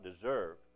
deserve